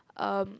um